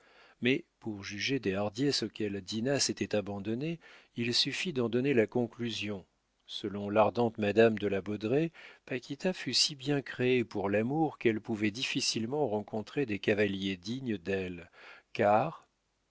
mais pour juger des hardiesses auxquelles dinah s'était abandonnée il suffit d'en donner la conclusion selon l'ardente madame de la baudraye paquita fut si bien créée pour l'amour qu'elle pouvait difficilement rencontrer des cavaliers dignes d'elle car